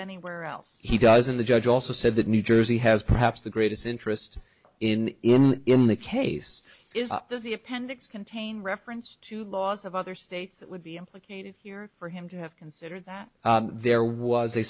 anywhere else he doesn't the judge also said that new jersey has perhaps the greatest interest in him in the case is this the appendix contain reference to laws of other states that would be implicated here for him to have considered that there was